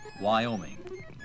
Wyoming